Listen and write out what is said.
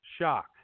Shock